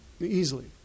easily